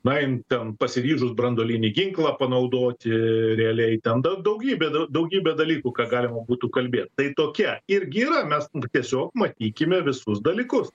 na ji ten pasiryžus branduolinį ginklą panaudoti realiai ten dar daugybė daug daugybę dalykų ką galima būtų kalbėt tai tokia irgi yra mes tiesiog matykime visus dalykus